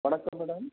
வணக்கம் மேடம்